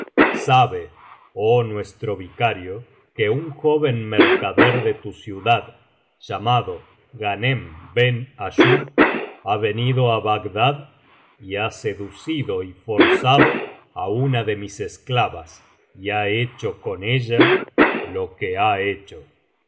sabe oh nuestro vicario que un joven mercader de tu ciudad llamado ghanem ben ayub ha venido á bagdad y ha seducido y forzado á una de mis esclavas y ha hecho con ella lo que ha hecho